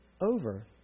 over